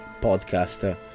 podcast